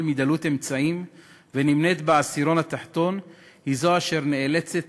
מדלות אמצעים ונמנית עם העשירון התחתון היא אשר נאלצת